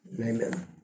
amen